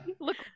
look